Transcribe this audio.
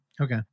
Okay